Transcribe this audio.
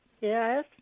Yes